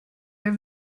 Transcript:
are